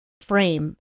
frame